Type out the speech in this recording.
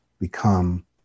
become